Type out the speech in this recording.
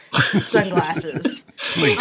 sunglasses